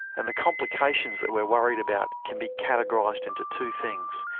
and the complications that we are worried about can be categorised into two things.